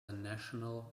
national